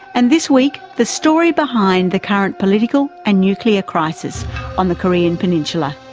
and this week the story behind the current political and nuclear crisis on the korean peninsula.